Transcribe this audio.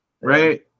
right